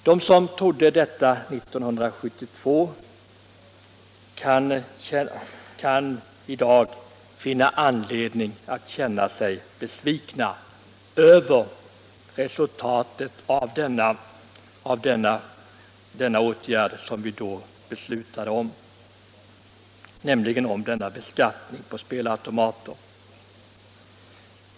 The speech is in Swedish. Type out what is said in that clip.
De som trodde detta 1972 kan i dag finna anledning att känna sig besvikna över resultatet av den beskattning på spelautomater som riksdagen då beslutade om.